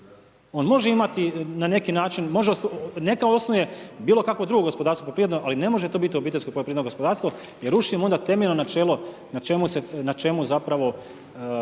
On može imati na neki način, može, neka osnuje bilo kakvo drugo gospodarstvo poljoprivredno, ali ne može to biti OPG jer rušimo onda temeljno načelo na čemu zapravo